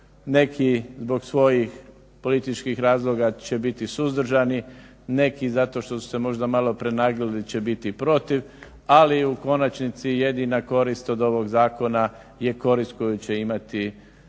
Neki zbog svojih političkih razloga će biti suzdržani, neki zato što su se možda malo prenaglili će biti protiv. Ali u konačnici jedina korist od ovog zakona je korist koju će imati mladi